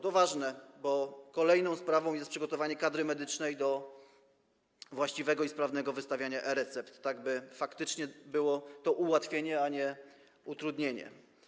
To ważne, bo kolejną sprawą jest przygotowanie kadry medycznej do właściwego i sprawnego wystawiania e-recept, tak by faktycznie było to ułatwienie, a nie utrudnienie.